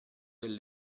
del